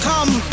Come